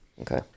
Okay